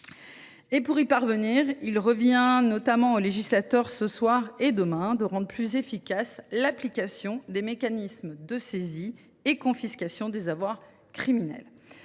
Pour y parvenir, il revient notamment au législateur de rendre plus efficace l’application des mécanismes de saisie et de confiscation des avoirs criminels.